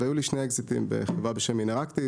היו לי שני אקזיטים בחברה בשם אינראקטיב.